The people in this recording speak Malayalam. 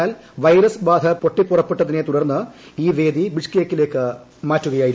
എന്നാൽ വൈറസ് ബാധ പൊട്ടിപ്പുറപ്പെട്ടതിനെ തുടർന്ന് ഈ വേദി ബിഷ്കേക്കിലേയ്ക്ക് മാറ്റുകയായിരുന്നു